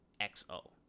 XO